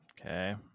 okay